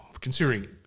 considering